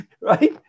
Right